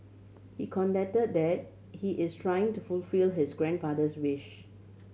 he contend that he is trying to fulfil his grandfather's wish